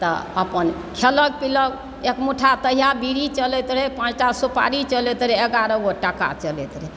तऽ अपन खेलक पीलक एक मुठ्ठा तहिया बीड़ी चलैत रहै पाँच टा सुपारी चलैत रहै एगारह गो टाका चलैत रहै